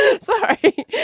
Sorry